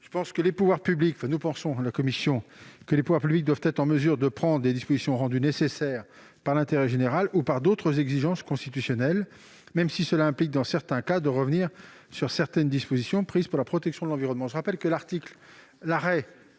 largement, en matière de droits fondamentaux. Les pouvoirs publics doivent être en mesure de prendre les dispositions rendues nécessaires par l'intérêt général ou par d'autres exigences constitutionnelles, même si cela implique dans certains cas de revenir sur des dispositions prises pour la protection de l'environnement.